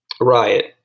Riot